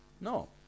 No